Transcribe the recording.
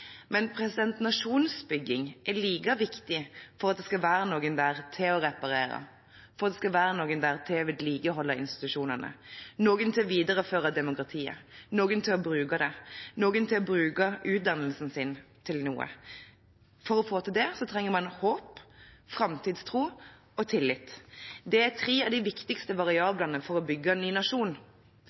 Men nasjonsbygging er like viktig for at det skal være noen der til å reparere, for at det skal være noen der til å vedlikeholde institusjonene, noen til å videreføre demokratiet, noen til å bruke det, noen til å bruke utdannelsen sin til noe. For å få til det trenger man håp, framtidstro og tillit. Det er tre av de viktigste variablene for å bygge en ny nasjon,